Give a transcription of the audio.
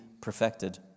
perfected